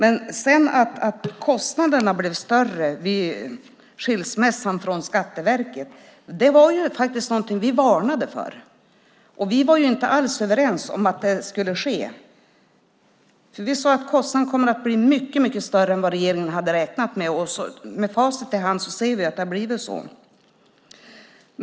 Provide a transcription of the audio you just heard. Att kostnaderna blev större vid skilsmässan från Skatteverket var faktiskt någonting som vi varnade för. Vi var inte alls överens om att det skulle ske. Vi sade att kostnaden skulle bli mycket större än vad regeringen hade räknat med, och med facit i hand ser vi att det har blivit så.